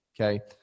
Okay